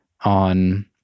on